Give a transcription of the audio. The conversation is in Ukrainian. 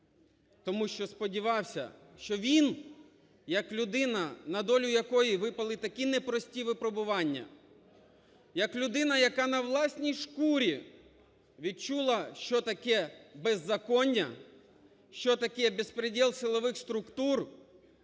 тому що сподівався, що він як людина, на долю якої випали такі непрості випробування, як людина, яка на власній шкурі відчула, що таке беззаконня, що таке беспредел силових структур,